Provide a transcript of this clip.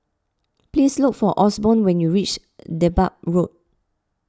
please look for Osborn when you reach Dedap Road